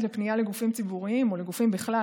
לפנייה לגופים ציבוריים או לגופים בכלל